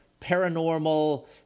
paranormal